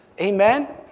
Amen